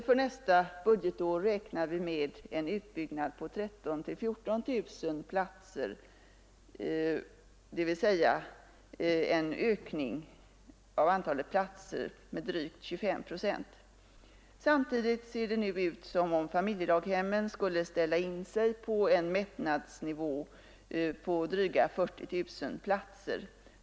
För nästa budgetår räknar vi med en utbyggnad av 13 000—14 000 platser, dvs. en ökning av antalet befintliga platser med drygt 25 procent. Samtidigt ser det nu ut som om familjedaghemmen skulle ställa in sig på en mättnadsnivå på dryga 40 000 platser.